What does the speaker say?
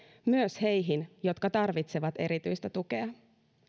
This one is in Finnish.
myös heihin jotka tarvitsevat erityistä tukea